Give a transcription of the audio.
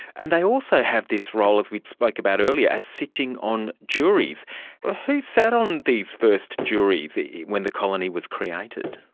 and they also have this role, as we spoke about earlier, as sitting on juries. ah who sat on these first juries when the colony was created?